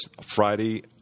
Friday